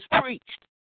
preached